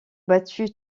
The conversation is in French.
battu